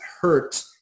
hurt